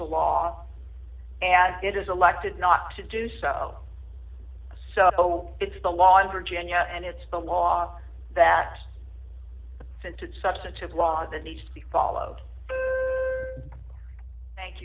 the law and it is elected not to do so so it's the law in virginia and it's the law that since it's substantive law the need to be followed thank